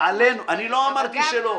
לומר,